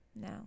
No